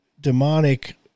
demonic